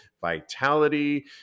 vitality